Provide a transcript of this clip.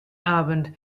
abend